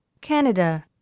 Canada